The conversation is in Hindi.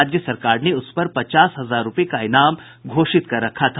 राज्य सरकार ने उसपर पचास हजार रुपये का इनाम घोषित कर रखा था